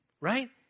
Right